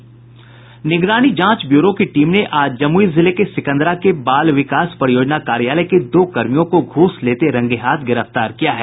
निगरानी जांच ब्यूरो की टीम ने आज जमुई जिले के सिकंदरा के बाल विकास परियोजना कार्यालय के दो कर्मियों को घूस लेते रंगेहाथ गिरफ्तार किया है